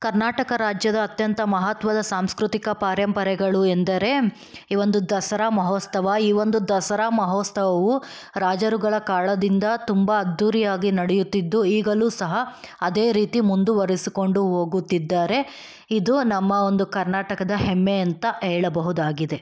ಕರ್ನಾಟಕ ರಾಜ್ಯದ ಅತ್ಯಂತ ಮಹತ್ವದ ಸಾಂಸ್ಕೃತಿಕ ಪರಂಪರೆಗಳು ಎಂದರೆ ಈ ಒಂದು ದಸರಾ ಮಹೋತ್ಸವ ಈ ಒಂದು ದಸರಾ ಮಹೋತ್ಸವವು ರಾಜರುಗಳ ಕಾಲದಿಂದ ತುಂಬ ಅದ್ದೂರಿಯಾಗಿ ನಡೆಯುತ್ತಿದ್ದು ಈಗಲೂ ಸಹ ಅದೇ ರೀತಿ ಮುಂದುವರಿಸಿಕೊಂಡು ಹೋಗುತ್ತಿದ್ದಾರೆ ಇದು ನಮ್ಮ ಒಂದು ಕರ್ನಾಟಕದ ಹೆಮ್ಮೆ ಅಂತ ಹೇಳಬಹುದಾಗಿದೆ